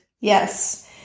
Yes